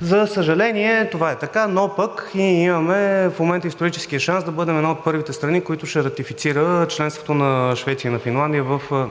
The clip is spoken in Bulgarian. За съжаление, това е така, но пък ние имаме в момента историческия шанс да бъдем една от първите страни, която ще ратифицира членството на Швеция и на Финландия в